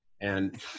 And-